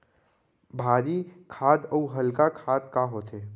भारी खाद अऊ हल्का खाद का होथे?